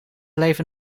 leven